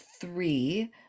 three